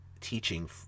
teaching